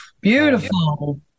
beautiful